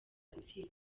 gutsinda